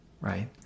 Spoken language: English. right